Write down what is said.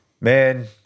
Man